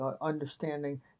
understanding